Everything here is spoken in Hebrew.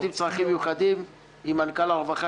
עם צרכים מיוחדים עם מנכ"ל הרווחה,